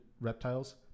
reptiles